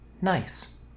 Nice